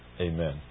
amen